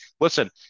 listen